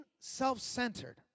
self-centered